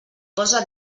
posa